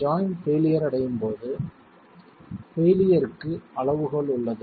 joint failure அடையும் போது பெயிலியர்க்கு அளவுகோல் உள்ளது